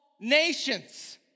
nations